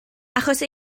achos